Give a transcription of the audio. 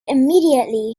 immediately